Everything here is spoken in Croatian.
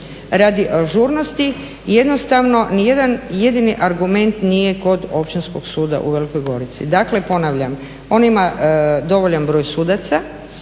radi ažurnosti, jednostavno nijedan jedini argument nije kod Općinskog suda u Velikoj Gorici. Dakle ponavljam, on ima dovoljan broj sudaca,